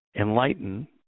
enlighten